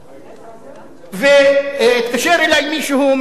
התקשר אלי מישהו מקלנסואה,